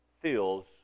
feels